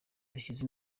dushyize